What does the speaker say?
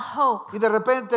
hope